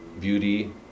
beauty